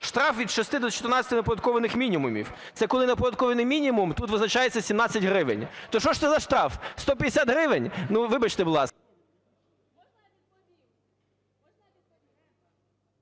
штраф від 6 до 14 неоподаткованих мінімумів, це коли неоподаткований мінімум тут визначається 17 гривень. То що ж це за штраф – 150 гривень? Ну, вибачте, будь ласка…